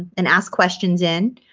and ask questions in.